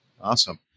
awesome